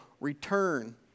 return